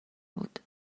بود